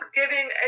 giving